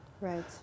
Right